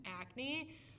acne